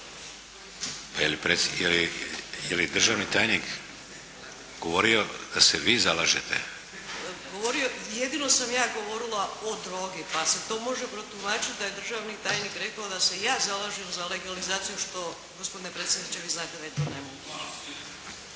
li, je li državni tajnik govorio da se vi zalažete? **Lalić, Ljubica (HSS)** Govorio, jedino sam ja govorila o drogi pa se to može protumačiti da je državni tajnik rekao da se ja zalažem za legalizaciju što gospodine predsjedniče vi znate da je to nemoguće.